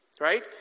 Right